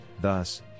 thus